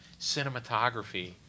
cinematography